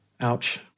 Ouch